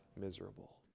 miserable